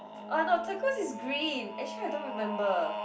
uh no turquoise is green actually I don't remember